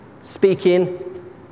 speaking